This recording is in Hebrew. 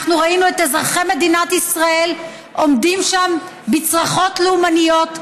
אנחנו ראינו את אזרחי מדינת ישראל עומדים שם בצרחות לאומניות,